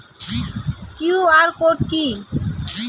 QR code কি?